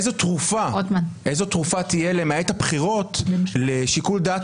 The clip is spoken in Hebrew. איזו תרופה תהיה למעט הבחירות לשיקול דעת